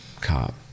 cop